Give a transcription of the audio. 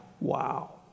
Wow